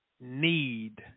Need